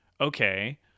okay